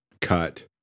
cut